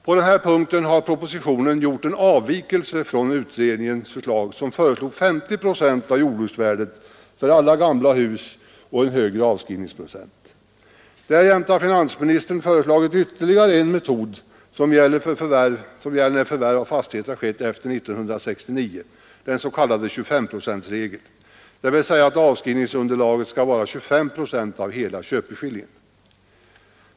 På den här punkten har propositionen gjort en avvikelse från utredningen, som föreslog 50 procent av jordbruksvärdet för alla gamla hus och en högre avskrivningsprocent. Därjämte har finansministern föreslagit ytterligare en metod som gäller för förvärv av fastigheter efter 1969, den s.k. 25-procentsregeln, dvs. att avskrivningsunderlaget skall vara 25 procent av hela köpeskillingen.